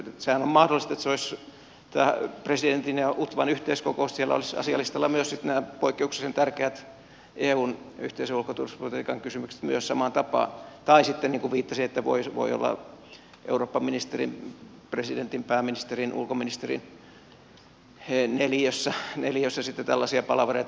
sehän on mahdollista että se olisi tämä presidentin ja utvan yhteiskokous ja että siellä olisivat asialistalla myös nämä poikkeuksellisen tärkeät eun yhteisen ulko ja turvallisuuspolitiikan kysymykset samaan tapaan tai sitten niin kuin viittasin voi olla eurooppaministerin presidentin pääministerin ulkoministeriön neliössä tällaisia palavereita